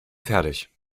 fertig